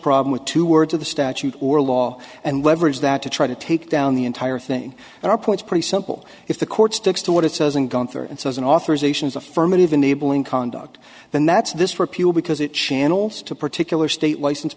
problem with two words of the statute or law and leverage that to try to take down the entire thing and our points pretty simple if the court sticks to what it says in gunther and says an authorization is affirmative enabling conduct then that's this repeal because it channels to particular state license